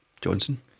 Johnson